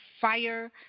fire